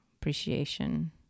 appreciation